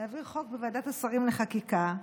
בוועדת השרים לחקיקה,